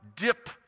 dip